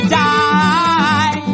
die